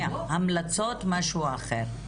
המלצות משהו אחר.